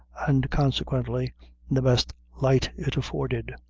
and, consequently, in the best light it afforded.